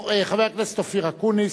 חבר הכנסת אופיר אקוניס,